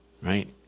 right